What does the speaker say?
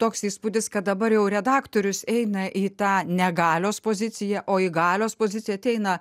toks įspūdis kad dabar jau redaktorius eina į tą negalios poziciją o į galios poziciją ateina